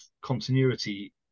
continuity